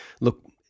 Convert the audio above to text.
look